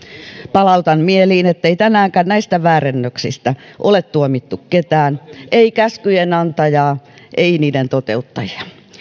palautan mieliin ettei tänäänkään näistä väärennöksistä ole tuomittu ketään ei käskyjen antajaa ei niiden toteuttajia